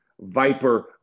Viper